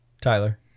Tyler